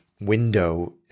window